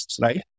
right